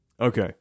Okay